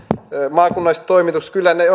maakunnalliset toimitukset kyllä ne